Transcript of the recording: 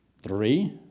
Three